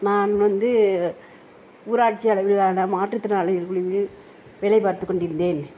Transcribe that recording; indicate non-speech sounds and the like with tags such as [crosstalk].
நான் வந்து ஊராட்சி [unintelligible] மாற்று திறனாளிகள் [unintelligible] வேலை பார்த்து கொண்டிருந்தேன்